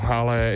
ale